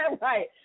Right